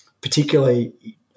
particularly